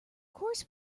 course